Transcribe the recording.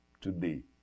today